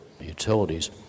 utilities